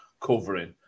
covering